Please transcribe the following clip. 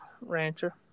rancher